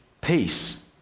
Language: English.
peace